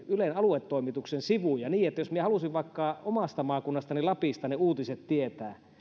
ylen aluetoimituksen sivuja niin että jos minä halusin vaikka omasta maakunnastani lapista ne uutiset tietää